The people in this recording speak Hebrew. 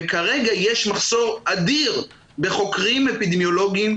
כרגע יש מחסור אדיר בחוקרים אפידמיולוגיים בישראל.